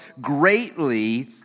greatly